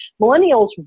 Millennials